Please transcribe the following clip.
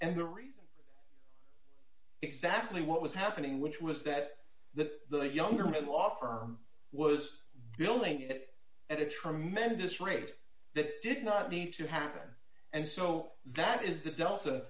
and the reason exactly what was happening which was that the younger man law firm was billing it at a tremendous rate that did not need to happen and so that is the delta